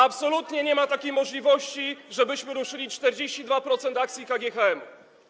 Absolutnie nie ma takiej możliwości, żebyśmy ruszyli 42% akcji KGHM.